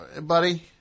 buddy